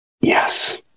Yes